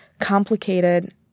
complicated